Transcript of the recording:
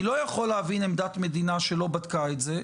אני לא יכול להבין עמדת מדינה שלא בדקה את זה,